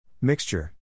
Mixture